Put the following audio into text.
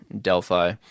Delphi